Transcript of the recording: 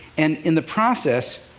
and in the process,